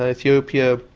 ah ethiopia,